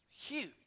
huge